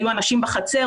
היו אנשים בחצר,